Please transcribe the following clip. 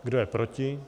Kdo je proti?